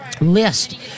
list